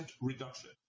reduction